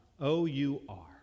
O-U-R